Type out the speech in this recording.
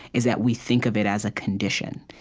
is that we think of it as a condition.